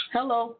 Hello